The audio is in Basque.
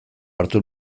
hartu